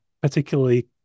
particularly